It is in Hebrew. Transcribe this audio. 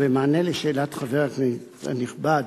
במענה לשאלת חבר הכנסת הנכבד,